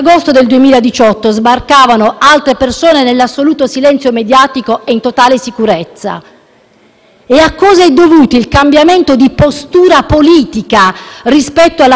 E a cosa è dovuto il cambiamento di postura politica rispetto alla prospettiva del giudizio, probabilmente frutto di forzature politiche successive,